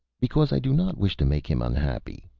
because i do not wish to make him unhappy,